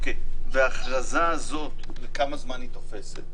וההכרזה הזו, לכמה זמן היא תופסת?